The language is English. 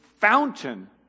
fountain